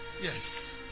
Yes